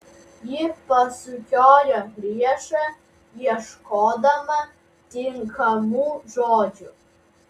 ji pasukiojo riešą ieškodama tinkamų žodžių